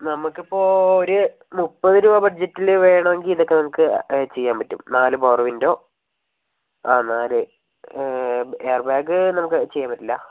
നമുക്കിപ്പോൾ ഒരു മുപ്പത് രൂപ ബഡ്ജറ്റിൽ വേണമെങ്കിൽ ഇതൊക്കെ നമുക്ക് ചെയ്യാൻ പറ്റും നാല് പവർ വിൻഡോ ആ നാല് എയർ ബാഗ് നമുക്ക് ചെയ്യാൻ പറ്റില്ല